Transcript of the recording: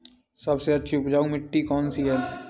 सबसे अच्छी उपजाऊ मिट्टी कौन सी है?